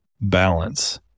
balance